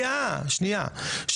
שנייה, שנייה.